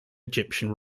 egyptian